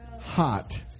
hot